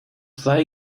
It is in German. sei